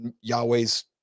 Yahweh's